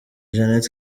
jeannette